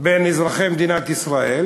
בין אזרחי מדינת ישראל